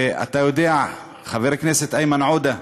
ואתה יודע, חבר הכנסת איימן עודה,